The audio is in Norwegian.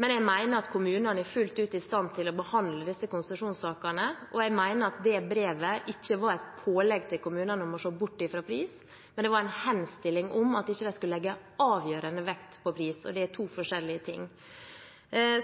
men jeg mener at kommunene fullt ut er i stand til å behandle disse konsesjonssakene. Jeg mener at dette brevet ikke var et pålegg til kommunene om å se bort fra pris, men det var en henstilling om at de ikke skulle legge avgjørende vekt på pris, og det er to forskjellige ting.